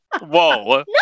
Whoa